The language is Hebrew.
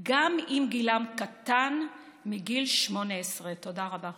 גם אם גילם פחות מגיל 18. תודה רבה.